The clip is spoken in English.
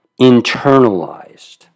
internalized